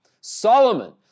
Solomon